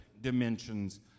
dimensions